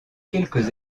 quelques